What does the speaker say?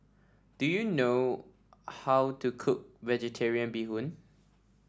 do you know how to cook vegetarian Bee Hoon